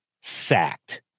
sacked